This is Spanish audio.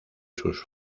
sus